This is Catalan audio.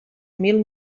mil